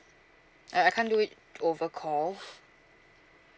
I I can't do it over call